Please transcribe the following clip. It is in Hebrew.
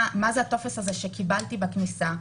מה זה הטופס שקיבלתי בכניסה?